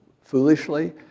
foolishly